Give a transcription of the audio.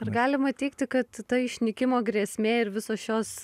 ar galima teigti kad ta išnykimo grėsmė ir visos šios